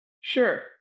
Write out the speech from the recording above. Sure